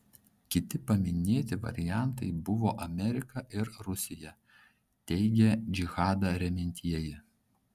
kiti paminėti variantai buvo amerika ir rusija teigia džihadą remiantieji